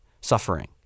suffering